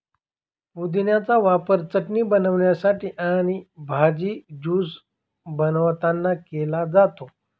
पुदिन्याचा वापर चटणी बनवण्यासाठी आणि भाजी, ज्यूस बनवतांना केला जातो